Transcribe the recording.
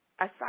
Aside